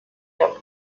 der